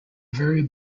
very